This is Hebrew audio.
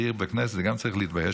צעיר בכנסת גם כן צריך להתבייש.